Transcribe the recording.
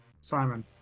Simon